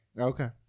Okay